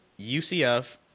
UCF